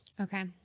Okay